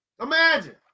Imagine